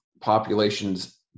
populations